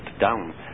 down